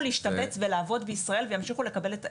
להשתבץ ולעבוד בישראל וימשיכו לקבל את המשרות.